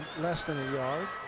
less than a yard.